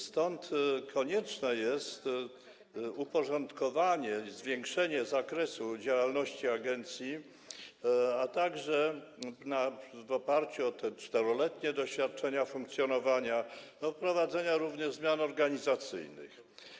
Stąd konieczne jest uporządkowanie i zwiększenie zakresu działalności agencji, a także, w oparciu o te 4-letnie doświadczenia funkcjonowania, wprowadzenie również zmian organizacyjnych.